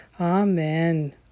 Amen